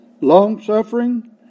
longsuffering